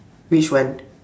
which one